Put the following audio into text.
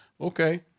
Okay